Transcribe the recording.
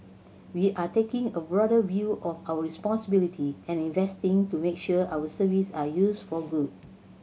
we are taking a broader view of our responsibility and investing to make sure our service are used for good